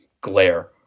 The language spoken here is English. glare